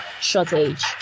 shortage